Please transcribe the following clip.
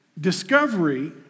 Discovery